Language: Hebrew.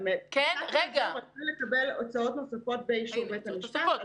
הוא רשאי לקבל הוצאות נוספות באישור בית המשפט על